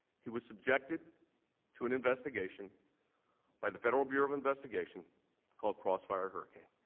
he was subjected to an investigation by the federal bureau of investigation called crossfire hurricane.